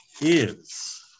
is